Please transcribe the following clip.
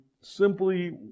simply